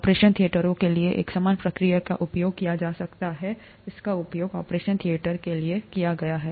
operation थिएटरों के लिए एक समान प्रक्रिया का उपयोग किया जा सकता है इसका उपयोग ऑपरेशन थिएटरों के लिए किया गया है